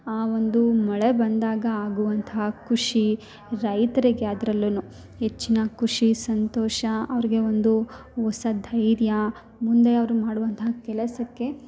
ಆ ಒಂದು ಮಳೆ ಬಂದಾಗ ಆಗುವಂಥ ಖುಷಿ ರೈತ್ರಿಗೆ ಅದ್ರಲ್ಲೂ ಹೆಚ್ಚಿನ ಖುಷಿ ಸಂತೋಷ ಅವ್ರಿಗೆ ಒಂದು ಹೊಸ ಧೈರ್ಯ ಮುಂದೆ ಅವರು ಮಾಡುವಂಥ ಕೆಲಸಕ್ಕೆ